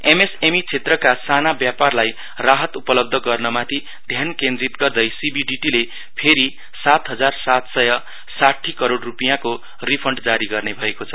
am S M E क्षेत्रका साना व्यापारलाई राहत उपलब्ध गर्नमाथि ध्यान केन्द्रित गर्दै सि बि डी टी ले फेरी सात हजार सात सय साठी करोड़ रूपियाँको रिफण्ड जारी गर्ने भएको छ